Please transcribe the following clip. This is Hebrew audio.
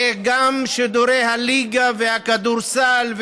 וגם שידורי הליגה והכדורסל,